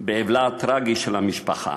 באבלה הטרגי של המשפחה.